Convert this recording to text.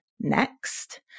next